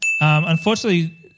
Unfortunately